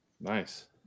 Nice